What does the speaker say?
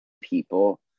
people